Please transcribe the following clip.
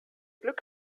glück